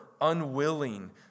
unwilling